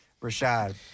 Rashad